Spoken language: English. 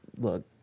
look